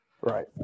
Right